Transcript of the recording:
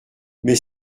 mais